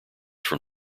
from